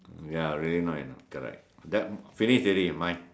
ya really not enough correct that finish already mine